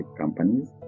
companies